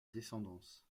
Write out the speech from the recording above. descendance